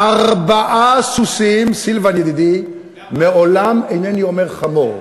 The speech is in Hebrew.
ארבעה סוסים, סילבן ידידי, לעולם אינני אומר חמור,